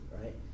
right